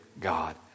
God